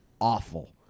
awful